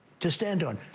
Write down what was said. to stand on.